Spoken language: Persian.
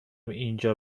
اینجا